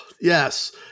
yes